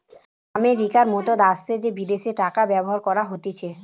আমেরিকার মত দ্যাশে যে বিদেশি টাকা ব্যবহার করা হতিছে